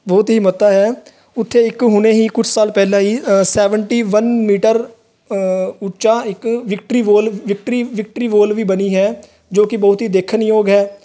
ਬਹੁਤ ਹੀ ਮਹੱਤਤਾ ਹੈ ਉੱਥੇ ਇੱਕ ਹੁਣੇ ਹੀ ਕੁਝ ਸਾਲ ਪਹਿਲਾਂ ਹੀ ਸੈਵਨਟੀ ਵੰਨ ਮੀਟਰ ਉੱਚਾ ਇੱਕ victory wall victory victory wall ਵੀ ਬਣੀ ਹੈ ਜੋ ਕਿ ਬਹੁਤ ਹੀ ਦੇਖਣ ਯੋਗ ਹੈ